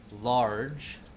large